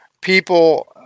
people